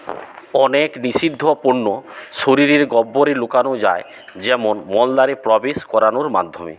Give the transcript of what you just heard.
অনেক নিষিদ্ধ পণ্য শরীরের গহ্বরে লুকানো যায় যেমন মলদ্বারে প্রবেশ করানোর মাধ্যমে